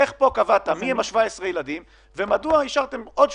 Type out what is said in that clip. איך פה קבעתם מי הם ה-17 ילדים,